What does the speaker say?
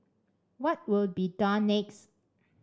what will be done next